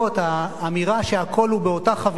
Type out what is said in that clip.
האמירה שהכול באותה חבילה,